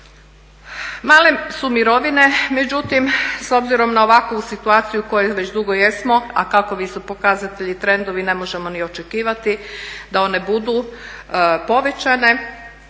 Male su mirovine, međutim s obzirom na ovakvu situaciju u kojoj već dugo jesmo, a kakvi su pokazatelji i trendovi ne možemo ni očekivati da one budu povećane.